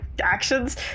actions